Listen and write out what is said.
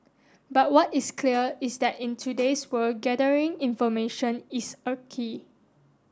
but what is clear is that in today's world gathering information is a key